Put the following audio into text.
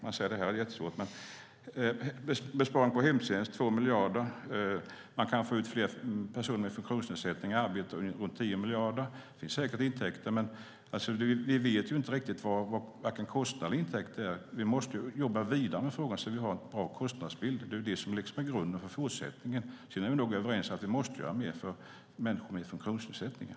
Det går att göra besparingar på hemtjänsten med 2 miljarder. Fler personer med funktionsnedsättning i arbete ger 10 miljarder. Det finns säkert intäkter. Vi vet inte riktigt vad kostnaderna och intäkterna blir. Vi måste jobba vidare med frågan så att vi får en bra kostnadsbild. Det är grunden för fortsättningen. Sedan är vi nog överens att vi måste göra mer för människor med funktionsnedsättningar.